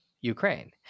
Ukraine